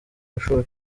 mashuri